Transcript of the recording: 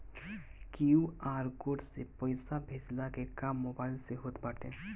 QR code से पईसा भेजला के काम मोबाइल से होत बाटे